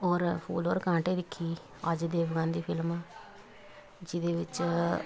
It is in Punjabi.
ਔਰ ਫੂਲ ਓਰ ਕਾਂਟੇ ਦੇਖੀ ਅਜੇ ਦੇਵਗਨ ਦੀ ਫਿਲਮ ਜਿਹਦੇ ਵਿੱਚ